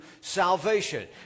salvation